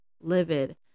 livid